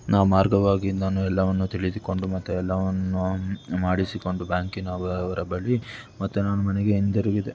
ನಾ ಮಾರ್ಗವಾಗಿ ನಾನು ಎಲ್ಲವನ್ನು ತಿಳಿದುಕೊಂಡು ಮತ್ತು ಎಲ್ಲವನ್ನು ಮಾಡಿಸಿಕೊಂಡು ಬ್ಯಾಂಕಿನವ ಅವರ ಬಳಿ ಮತ್ತು ನಾನು ಮನೆಗೆ ಹಿಂದಿರುಗಿದೆ